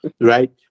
right